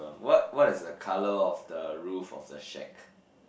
what what is the colour of the roof of the shack